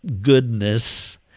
goodness